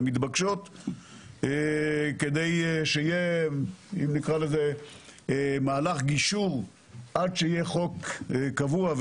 המתבקשות כדי שיהיה מהלך גישור עד שיהיה חוק קבוע,